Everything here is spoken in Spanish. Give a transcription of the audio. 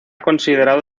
considerado